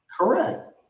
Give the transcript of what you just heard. correct